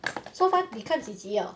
so far 你看几集 liao